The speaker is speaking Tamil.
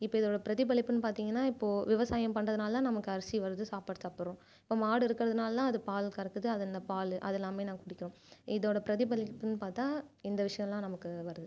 இப்போ இதோட பிரதிபலிப்புன்னு பார்த்திங்கன்னா இப்போ விவசாயம் பண்ணுறதுனால நமக்கு அரிசி வருது சாப்பாடு சாப்பிடுறோம் இப்போ மாடு இருக்கிறதுனால அது பால் கறக்குது அது அந்த பால் அதெலாமே நாங்கள் குடிக்கிறோம் இதோட பிரதிலிப்புன்னு பார்த்தா இந்த விஷயம் தான் நமக்கு வருது